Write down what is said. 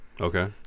Okay